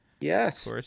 Yes